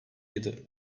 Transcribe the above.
yedi